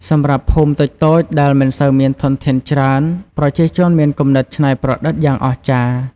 សម្រាប់ភូមិតូចៗដែលមិនសូវមានធនធានច្រើន ប្រជាជនមានគំនិតច្នៃប្រឌិតយ៉ាងអស្ចារ្យ។